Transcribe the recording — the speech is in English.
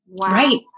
Right